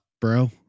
bro